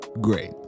great